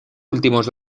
últimos